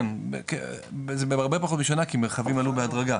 כן, בהרבה פחות משנה כי מרחבים עלו בהדרגה.